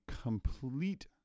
complete